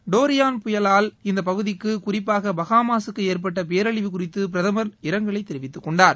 durian புயலால் இந்த பகுதிக்கு குறிப்பாக பகாமாசுக்கு ஏற்பட்ட பேரழிவு குறித்து பிரதமர் இரங்கலை தெரிவித்துக்கொண்டார்